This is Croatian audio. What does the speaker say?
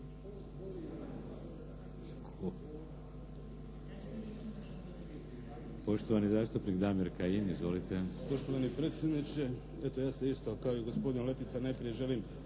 Poštovani zastupnik Damir Kajin, izvolite. **Kajin, Damir (IDS)** Poštovani predsjedniče, ja se isto kao i gospodin Letica najprije želim